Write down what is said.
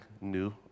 new